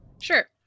Sure